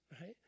Right